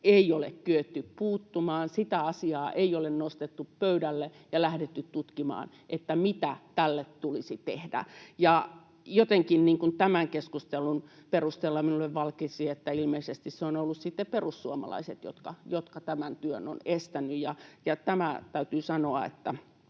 ei ole kyetty puuttumaan. Sitä asiaa ei ole nostettu pöydälle ja lähdetty tutkimaan, mitä tälle tulisi tehdä. Jotenkin tämän keskustelun perusteella minulle valkeni, että ilmeisesti se on ollut sitten perussuomalaiset, jotka tämän työn ovat estäneet, ja tämä täytyy sanoa, että